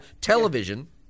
Television